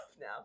now